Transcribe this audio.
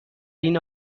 این